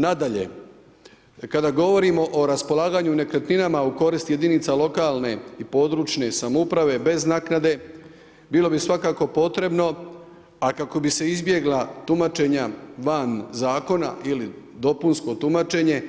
Nadalje, kada govorimo o raspolaganju nekretninama u korist jedinicama lokalne i područne samouprave bez naknade bilo bi svakako potrebno, a kako bi se izbjegla tumačenja van zakona ili dopunsko tumačenje,